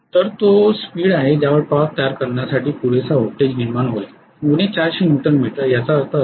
तर तो वेग आहे ज्यावर टॉर्क तयार करण्यासाठी पुरेसा व्होल्टेज निर्माण होईल 400 न्यूटन मीटर याचा अर्थ असा आहे